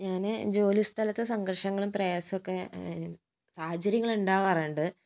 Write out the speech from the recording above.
ഞാന് ജോലി സ്ഥലത്ത് സംഘർഷങ്ങളും പ്രയാസൊക്കെ സാഹചര്യങ്ങൾ ഉണ്ടാവാറുണ്ട് അപ്പം